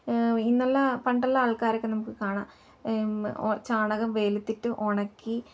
ഇന്നുള്ള പണ്ടുള്ള ആൾക്കാരൊക്കെ നമുക്ക് കാണാം ചാണകം വെയിലത്തിട്ട് ഉണക്കി